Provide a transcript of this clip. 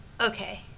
okay